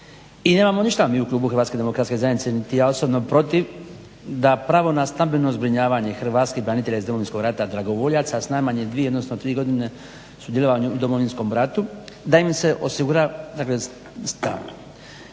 i nemamo ništa mi u klubu HDZ-a niti ja osobno protiv da pravo na stambeno zbrinjavanje hrvatskih branitelja iz Domovinskog rata, dragovoljaca s najmanje dvije, odnosno tri godine sudjelovanja u Domovinskom ratu, da im se osigura stan.